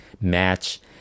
match